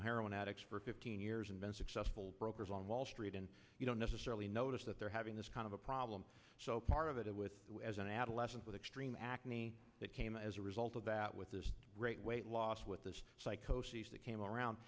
been heroin addicts for fifteen years and been successful brokers on wall street and you don't necessarily notice that they're having this kind of a problem so part of it with you as an adolescent with extreme acne that came as a result of that with this great weight loss with this psychosis that came around